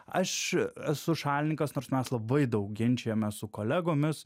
aš esu šalininkas nors mes labai daug ginčijamės su kolegomis